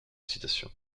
citations